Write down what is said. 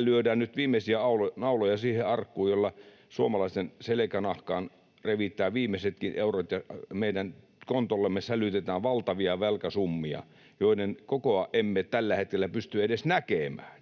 lyödään nyt viimeisiä nauloja siihen arkkuun, jolla suomalaisten selkänahasta revitään viimeisetkin eurot ja meidän kontollemme sälytetään valtavia velkasummia, joiden kokoa emme tällä hetkellä pysty edes näkemään.